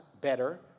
better